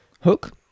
hook